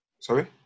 Sorry